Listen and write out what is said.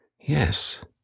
Yes